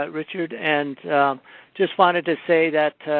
ah richard. and just wanted to say that,